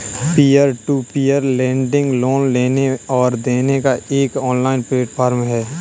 peer to peer lending loan लेने और देने का एक ऑनलाइन प्लेटफ़ॉर्म है